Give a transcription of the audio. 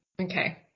okay